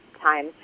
time